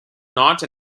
not